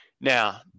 Now